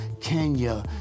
Kenya